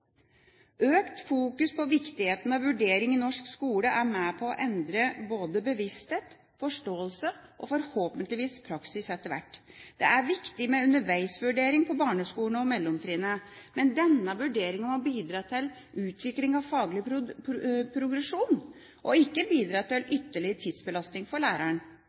Økt fokus på viktigheten av vurdering i norsk skole er med på å endre både bevissthet, forståelse og forhåpentligvis praksis etter hvert. Det er viktig med underveisvurdering på barneskolen og mellomtrinnet, men denne vurderingen må bidra til utvikling av faglig progresjon, og ikke bidra til ytterligere tidsbelastning for læreren.